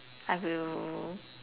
I will